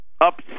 up